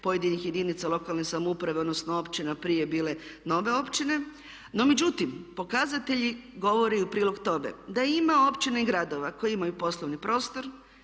pojedinih jedinica lokalne samouprave, odnosno općina prije bile nove općine. No međutim, pokazatelji govore u prilog tome da ima općina i gradova koji imaju poslovni prostor